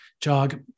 jog